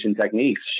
techniques